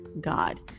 God